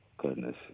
goodness